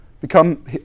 Become